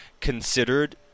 considered